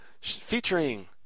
featuring